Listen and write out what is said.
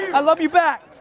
i love you back.